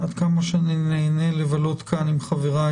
עד כמה שנעים לי לבלות עם חבריי